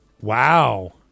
Wow